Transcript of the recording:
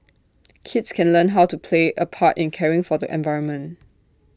kids can learn how to play A part in caring for the environment